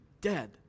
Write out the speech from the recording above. dead